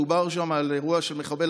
מדובר שם על אירוע של מחבל,